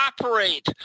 operate